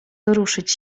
ruszyć